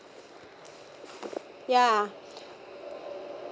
ya